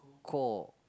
chore